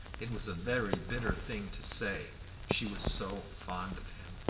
it was a very bitter thing to say she was so fond of him.